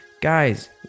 guys